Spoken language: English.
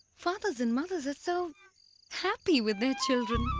fathers and mothers are so happy with their children.